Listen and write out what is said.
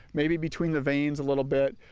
maybe between the veins a little bit.